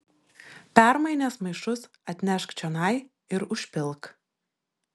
permainęs maišus atnešk čionai ir užpilk